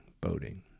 boating